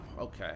okay